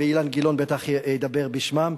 ואילן גילאון בטח ידבר בשמם,